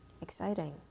Exciting